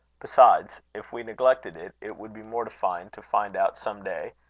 besides, if we neglected it, it would be mortifying to find out some day,